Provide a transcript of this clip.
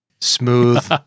smooth